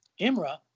Imra